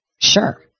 sure